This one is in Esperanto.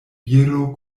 viro